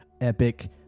epic